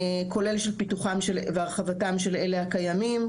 כולל פיתוחם והרחבתם של אלה הקיימים,